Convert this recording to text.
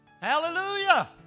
Hallelujah